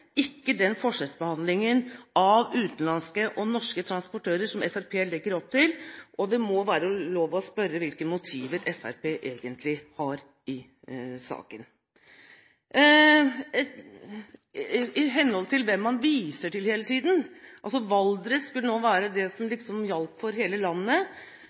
ikke – jeg understreker det igjen – den forskjellsbehandlingen av utenlandske og norske transportører som Fremskrittspartiet legger opp til, og det må være lov til å spørre hvilke motiver Fremskrittspartiet egentlig har i saken. Så til hvem man viser til hele tiden – Valdres skulle nå være det som liksom gjaldt for hele landet.